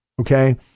Okay